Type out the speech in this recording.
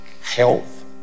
health